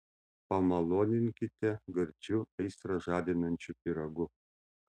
pamaloninkite gardžiu aistrą žadinančiu pyragu